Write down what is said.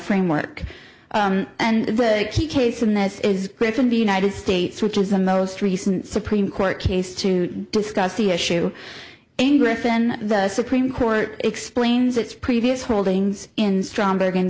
framework and the key case in this is clear from the united states which is the most recent supreme court case to discuss the issue in griffin the supreme court explains its previous holdings in stromberg